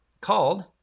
called